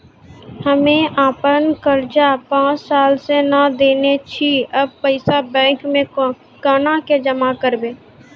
हम्मे आपन कर्जा पांच साल से न देने छी अब पैसा बैंक मे कोना के जमा करबै?